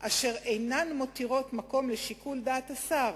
אשר אינן מותירות מקום לשיקול דעת השר"